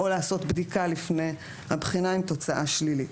או לעשות בדיקה לפני הבחינה עם תוצאה שלילית.